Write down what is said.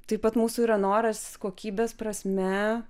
taip pat mūsų yra noras kokybės prasme